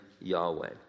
Yahweh